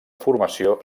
formació